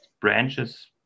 branches